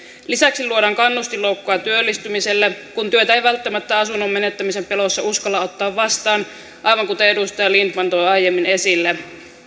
lisäksi luodaan kannustinloukkua työllistymiselle kun työtä ei välttämättä asunnon menettämisen pelossa uskalla ottaa vastaan aivan kuten edustaja lindtman toi aiemmin esille